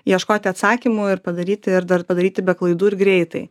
ieškoti atsakymų ir padaryti ir dar padaryti be klaidų ir greitai